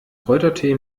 kräutertee